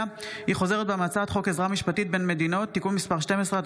היא חוזרת בה מהצעת חוק עזרה משפטית בין מדינות (תיקון מס' 12),